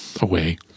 away